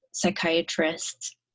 Psychiatrists